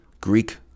Greek